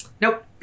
Nope